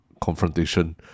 confrontation